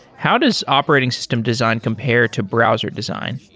how does operating system design compare to browser design?